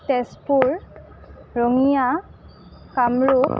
Tezpur Rangia Kamrup